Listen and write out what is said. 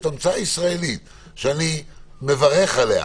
ואני מברך עליה.